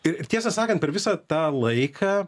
ir tiesą sakant per visą tą laiką